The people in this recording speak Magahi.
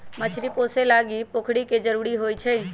मछरी पोशे लागी पोखरि के जरूरी होइ छै